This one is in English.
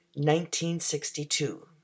1962